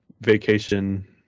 vacation